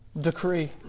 decree